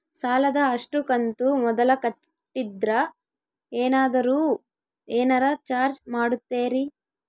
ಸಾಲದ ಅಷ್ಟು ಕಂತು ಮೊದಲ ಕಟ್ಟಿದ್ರ ಏನಾದರೂ ಏನರ ಚಾರ್ಜ್ ಮಾಡುತ್ತೇರಿ?